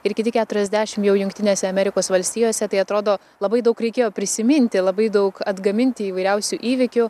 ir kiti keturiasdešim jau jungtinėse amerikos valstijose tai atrodo labai daug reikėjo prisiminti labai daug atgaminti įvairiausių įvykių